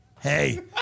hey